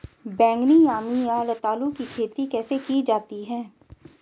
बैगनी यामी या रतालू की खेती कैसे की जाती है?